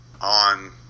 On